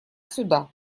сюда